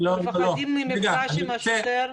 מפחדים ממפגש עם שוטר?